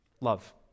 Love